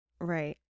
right